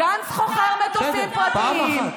גנץ חוכר מטוסים פרטיים.